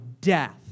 death